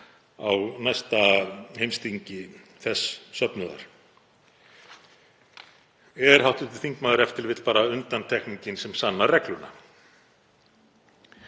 á næsta heimsþingi þess söfnuðar. Er hv. þingmaður e.t.v. bara undantekningin sem sannar regluna?